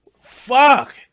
fuck